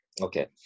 Okay